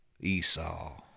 Esau